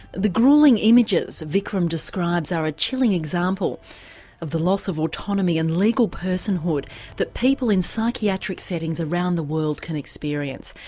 the gruelling images vikram describes are a chilling example of the loss of autonomy and legal personhood that people in psychiatric settings around the world can experience.